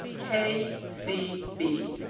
k. c. b.